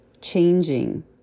changing